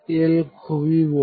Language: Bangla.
L খুবই বড়